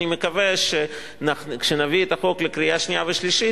אני מקווה שכשנביא את החוק לקריאה שנייה ושלישית,